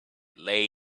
lay